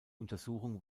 untersuchung